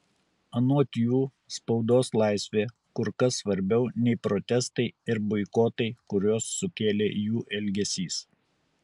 anot jų spaudos laisvė kur kas svarbiau nei protestai ir boikotai kuriuos sukėlė jų elgesys